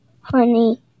honey